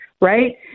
right